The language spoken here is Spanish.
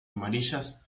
amarillas